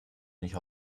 nicht